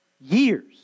Years